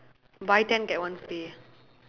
buy ten get one free